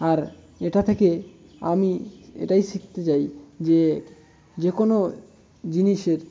আর এটা থেকে আমি এটাই শিখতে চাই যে যে কোনো জিনিসের